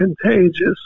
contagious